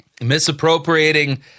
Misappropriating